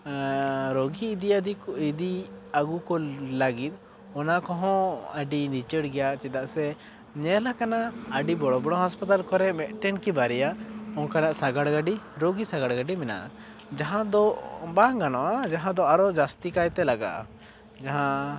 ᱨᱚᱜᱤ ᱤᱫᱤ ᱞᱟᱹᱫᱤᱠ ᱤᱫᱤ ᱟᱹᱜᱩ ᱠᱚ ᱞᱟᱹᱜᱤᱫ ᱚᱱᱟ ᱠᱚᱦᱚᱸ ᱟᱹᱰᱤ ᱞᱤᱪᱟᱹᱲ ᱜᱮᱭᱟ ᱪᱮᱫᱟᱜ ᱥᱮ ᱧᱮᱞ ᱦᱟᱠᱟᱱᱟ ᱟᱹᱰᱤ ᱵᱚᱲᱚ ᱵᱚᱲᱚ ᱦᱟᱥᱯᱟᱛᱟᱞ ᱠᱚᱨᱮ ᱢᱮᱫᱴᱮᱱ ᱠᱤ ᱵᱟᱨᱭᱟ ᱚᱝᱠᱟᱱᱟᱜ ᱥᱟᱜᱟᱲ ᱜᱟᱹᱰᱤ ᱨᱚᱜᱤ ᱥᱟᱜᱟᱲ ᱜᱟᱹᱰᱤ ᱢᱮᱱᱟᱜᱼᱟ ᱡᱟᱦᱟᱸ ᱫᱚ ᱵᱟᱝ ᱜᱟᱱᱚᱜᱼᱟ ᱡᱟᱦᱟᱸ ᱫᱚ ᱟᱨᱚ ᱡᱟᱹᱥᱛᱤ ᱠᱟᱭ ᱛᱮ ᱞᱟᱜᱟᱜᱼᱟ ᱡᱟᱦᱟᱸ